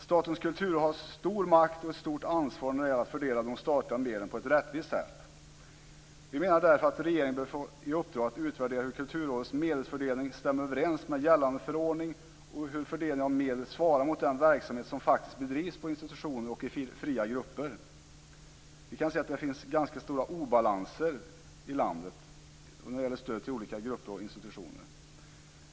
Statens kulturråd har stor makt och ett stort ansvar när det gäller att fördela de statliga medlen på ett rättvist sätt. Vi menar därför att regeringen bör få i uppdrag att utvärdera hur Kulturrådets medelsfördelning stämmer överens med gällande förordning och hur fördelningen av medel svarar mot den verksamhet som faktiskt bedrivs på institutioner och i fria grupper. Vi kan se att det finns ganska stora obalanser i landet när det gäller stöd till olika grupper och institutioner.